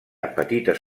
petites